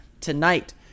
tonight